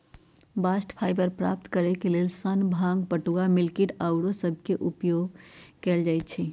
bast fibre प्राप्त करेके लेल सन, भांग, पटूआ, मिल्कवीड आउरो सभके उपयोग कएल जाइ छइ